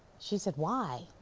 she said why?